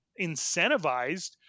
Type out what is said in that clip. incentivized